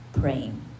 Praying